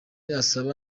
asaba